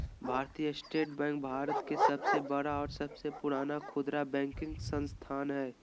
भारतीय state bank भारत के सबसे बड़ा और सबसे पुराना खुदरा बैंकिंग संस्थान हइ